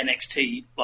NXT